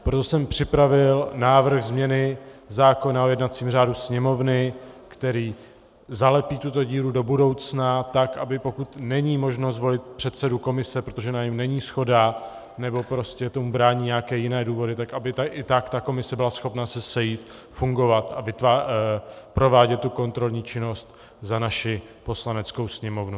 Proto jsem připravil návrh změny zákona o jednacím řádu Sněmovny, který zalepí tuto díru do budoucna tak, aby pokud není možno zvolit předsedu komise, protože na něm není shoda nebo prostě tomu brání nějaké jiné důvody, aby i tak ta komise byla schopna se sejít, fungovat a provádět kontrolní činnost za naši Poslaneckou sněmovnu.